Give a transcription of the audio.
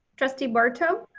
trustee barto.